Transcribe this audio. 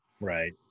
Right